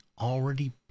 already